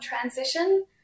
transition